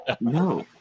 No